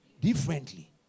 Differently